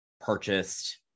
purchased